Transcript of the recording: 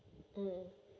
um